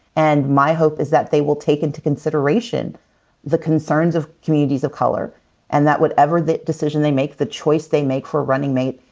and my hope is that they will take into consideration the concerns of communities of color and that whatever decision they make, the choice they make for running mate,